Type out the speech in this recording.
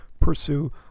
pursue